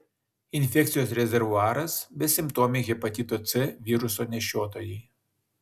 infekcijos rezervuaras besimptomiai hepatito c viruso nešiotojai